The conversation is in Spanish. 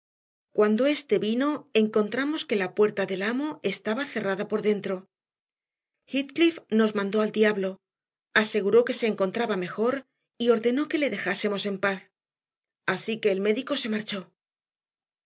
cuando éste vino encontramos que la puerta del amo estaba cerrada por dentro heathcliff nos mandó al diablo aseguró que se encontraba mejor y ordenó que le dejásemos en paz así que el médico se marchó